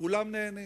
כולם נהנים,